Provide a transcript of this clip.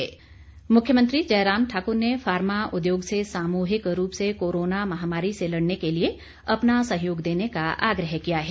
जयराम मुख्यमंत्री जयराम ठाकुर ने फार्मा उद्योग से सामूहिक रूप से कोरोना महामारी से लड़ने के लिए अपना सहयोग देने का आग्रह किया है